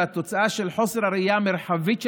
והתוצאה של חוסר הראייה המרחבית שלכם,